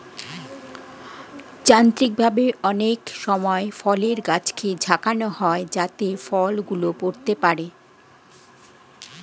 যান্ত্রিকভাবে অনেক সময় ফলের গাছকে ঝাঁকানো হয় যাতে ফল গুলো পড়তে পারে